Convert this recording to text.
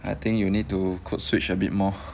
I think you need to code switch a bit more